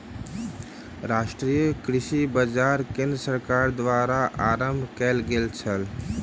राष्ट्रीय कृषि बाजार केंद्र सरकार द्वारा आरम्भ कयल गेल छल